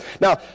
Now